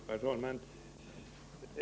Herr talman!